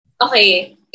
Okay